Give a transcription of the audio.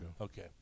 Okay